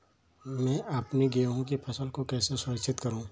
मैं अपनी गेहूँ की फसल को कैसे सुरक्षित करूँ?